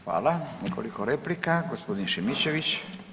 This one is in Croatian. Hvala, nekoliko replika, gospodin Šimičević.